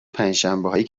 پنجشنبههایی